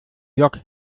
lok